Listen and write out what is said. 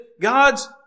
God's